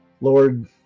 Lord